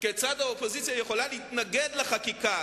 כיצד האופוזיציה יכולה להתנגד לחקיקה